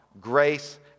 grace